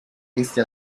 este